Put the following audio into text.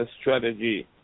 strategy